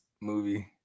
movie